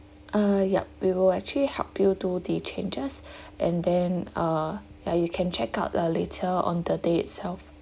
uh yup we will actually help you do the changes and then uh ya you can check out uh later on the day itself